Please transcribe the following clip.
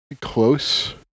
Close